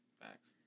Facts